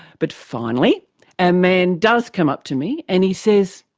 but finally a man does come up to me and he says,